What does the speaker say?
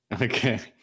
Okay